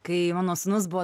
kai mano sūnus buvo